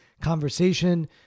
conversation